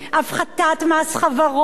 הפחתת מס חברות,